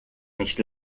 nicht